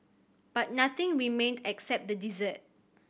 but nothing remained except the desert